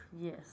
yes